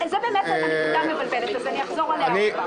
זו באמת נקודה מבלבלת, אז אני אחזור עליה עוד פעם.